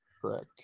Correct